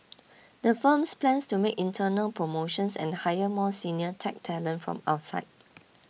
the firms plans to make internal promotions and hire more senior tech talent from outside